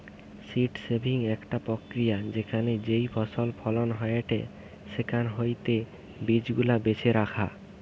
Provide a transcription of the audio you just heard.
seed saving একটা প্রক্রিয়া যেখানে যেই ফসল ফলন হয়েটে সেখান হইতে বীজ গুলা বেছে রাখা